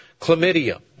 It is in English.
Chlamydia